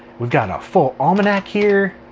we've got a full almanac here.